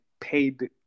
paid